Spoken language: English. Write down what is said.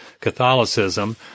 Catholicism